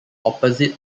opposite